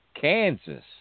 Kansas